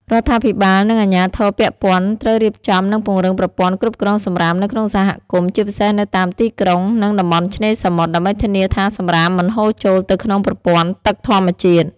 រដ្ឋាភិបាលនិងអាជ្ញាធរពាក់ព័ន្ធត្រូវរៀបចំនិងពង្រឹងប្រព័ន្ធគ្រប់គ្រងសំរាមនៅក្នុងសហគមន៍ ជាពិសេសនៅតាមទីក្រុង និងតំបន់ឆ្នេរសមុទ្រ ដើម្បីធានាថាសំរាមមិនហូរចូលទៅក្នុងប្រព័ន្ធទឹកធម្មជាតិ។